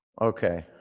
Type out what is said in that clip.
Okay